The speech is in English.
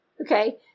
Okay